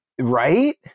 right